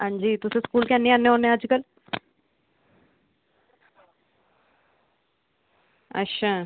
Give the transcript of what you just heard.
hello हां तुस school कैं नी आनें होनें अज्ज कल अच्छा